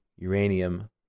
uranium